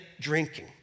drinking